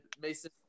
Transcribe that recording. Mason